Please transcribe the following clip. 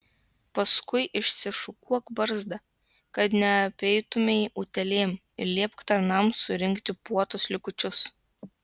paskui išsišukuok barzdą kad neapeitumei utėlėm ir liepk tarnams surinkti puotos likučius